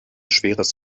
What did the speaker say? schweres